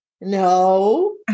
No